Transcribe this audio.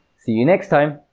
see you next time!